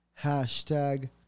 Hashtag